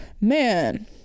Man